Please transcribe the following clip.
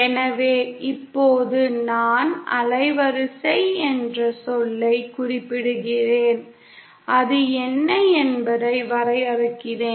எனவே இப்போது நான் அலைவரிசை என்ற சொல்லைக் குறிப்பிடுகிறேன் அது என்ன என்பதை வரையறுக்கிறேன்